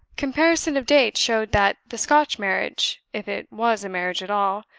comparison of dates showed that the scotch marriage if it was a marriage at all,